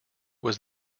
was